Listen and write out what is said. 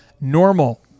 normal